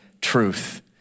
truth